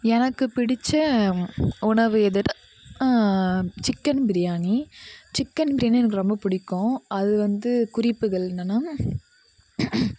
எனக்கு பிடிச்ச உணவு எது சிக்கன் பிரியாணி சிக்கன் பிரியாணி எனக்கு ரொம்ப பிடிக்கும் அது வந்து குறிப்புகள் என்னென்னா